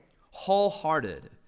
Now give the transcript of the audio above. wholehearted